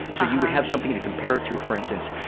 so you would have something to compare it to. for instance,